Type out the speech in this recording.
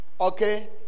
okay